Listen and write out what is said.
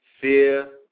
Fear